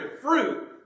fruit